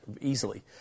easily